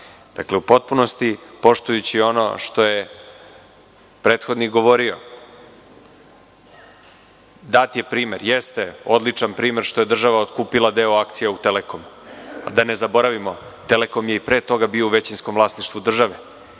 netačno.U potpunosti poštujući ono što je prethodnik govorio, dat je primer, odličan primer, da je država kupila deo akcija u „Telekomu“. Da ne zaboravimo, „Telekom“ je i pre toga bio u većinskom vlasništvu države